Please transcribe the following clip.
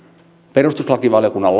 perustuslakivaliokunnan